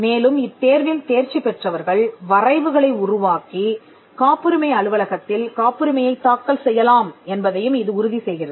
மேலும் இத்தேர்வில் தேர்ச்சி பெற்றவர்கள் வரைவுகளை உருவாக்கிக் காப்புரிமை அலுவலகத்தில் காப்புரிமையைத் தாக்கல் செய்யலாம் என்பதையும் இது உறுதி செய்கிறது